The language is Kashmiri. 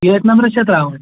ییٚتھۍ نَمبرَس چھا ترٛاوُن